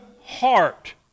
heart